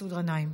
מסעוד גנאים.